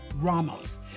Ramos